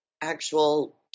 actual